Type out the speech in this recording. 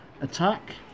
attack